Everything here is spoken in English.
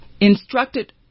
instructed